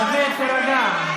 דוד, תירגע.